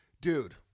Dude